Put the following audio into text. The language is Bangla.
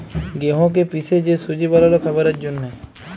গেঁহুকে পিসে যে সুজি বালাল খাবারের জ্যনহে